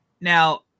Now